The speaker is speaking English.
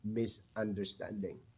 misunderstanding